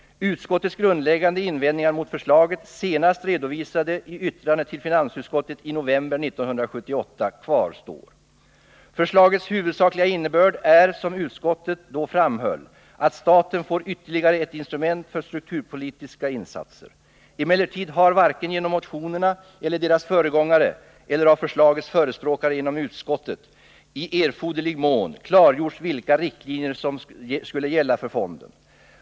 Utskottets grundläggande invändningar mot förslaget, senast redovisade i yttrande till finansutskottet i november 1978 —-—--—- kvarstår. Förslagets huvudsakliga innebörd är, som utskottet då framhöll, att staten får ytterligare ett instrument för strukturpolitiska insatser. Emellertid har varken genom motionerna och deras föregångare eller av förslagets förespråkare inom utskottet i erforderlig mån klargjorts vilka riktlinjer som skulle gälla för fonden.